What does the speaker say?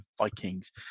Vikings